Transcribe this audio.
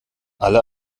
alle